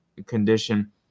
Condition